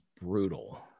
brutal